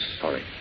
sorry